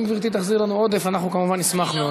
אם גברתי תחזיר לנו עודף, אנחנו כמובן נשמח מאוד.